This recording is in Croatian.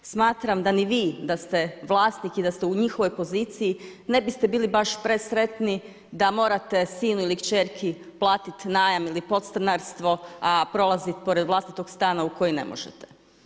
Smatram da ni vi da ste vlasnik i da ste u njihovoj poziciji ne biste bili baš presretni da morate sinu ili kćerki platiti najam ili podstanarstvo, a prolazit pored vlastitog stana u koji ne možete.